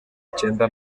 icyenda